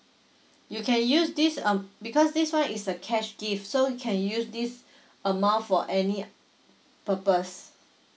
you can use this am~ because this one is the cash gift so you can use this amount for any purpose